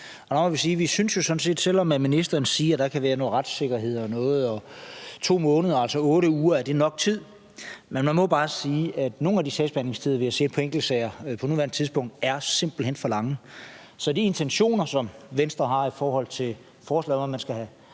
Der må vi sige – selv om ministeren siger, at der kan være noget med retssikkerheden og noget i forhold til 2 måneder, altså 8 uger, og om det er nok tid – at nogle af de sagsbehandlingstider, vi har set på enkeltsager på nuværende tidspunkt, simpelt hen er for lange. Så de intentioner, som Venstre har i forhold til forslaget, om, at man skal have